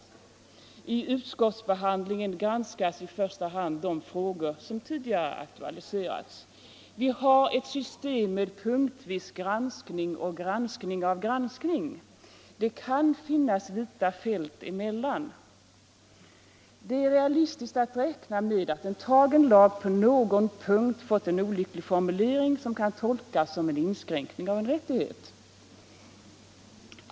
Vid utskottsbehandlingen granskas i första hand de frågor som tidigare aktualiserats. Vi har ett system med punktvis granskning och granskning av granskning. Det kan finnas vita fält emellan. Det är realistiskt att räkna med att en tagen lag på någon punkt fått en olycklig formulering, som kan tolkas som en inskränkning av en rättighet.